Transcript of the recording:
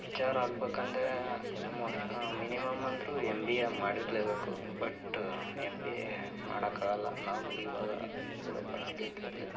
H R ಆಗ್ಬೇಕು ಅಂದರೆ almost minimum ಅಂದರೂ ಎಮ್ ಬಿ ಎ ಮಾಡಿರ್ಲೇಬೇಕು ಬಟ್ ಎಮ್ ಬಿ ಎ ಮಾಡೋಕ್ಕಾಗಲ್ಲ ನಾವು ಇವಾಗ ಇರೋ ಪರಿಸ್ಥಿತಿಯಲ್ಲಿ